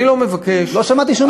אני לא מבקש, לא שמעתי שום התנגדות.